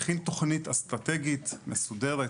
הכין תוכנית אסטרטגית מסודרת.